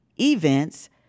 events